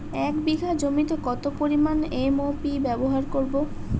এক বিঘা জমিতে কত পরিমান এম.ও.পি ব্যবহার করব?